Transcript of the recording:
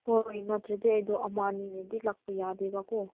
ꯍꯣꯏ ꯅꯠꯇ꯭ꯔꯗꯤ ꯑꯩꯗꯣ ꯑꯃ ꯑꯅꯤꯅꯗꯤ ꯂꯥꯛꯄ ꯌꯥꯗꯦꯕꯀꯣ